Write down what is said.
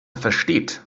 versteht